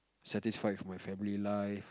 satisfied with my family life